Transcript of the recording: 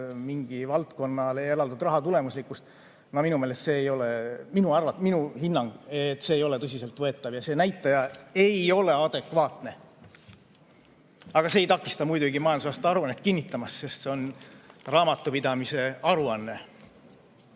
mingile valdkonnale eraldatud raha tulemuslikkust – no minu meelest, minu hinnangul see ei ole tõsiselt võetav ja see näitaja ei ole adekvaatne. Aga see ei takista muidugi majandusaasta aruannet kinnitamast, sest see on raamatupidamise aruanne.